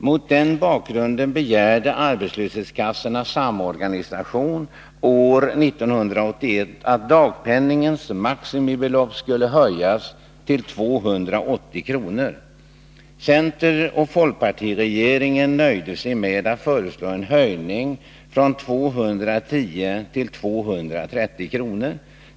Mot den bakgrunden begärde arbetslöshetskassornas samorganisation år 1981 att dagpenningens maximibelopp skulle höjas till 280 kr. Centeroch folkpartiregeringen nöjde sig med att föreslå en höjning från 210 till 230 kr.